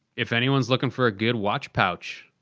if anyone's looking for a good watch pouch.